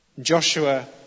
Joshua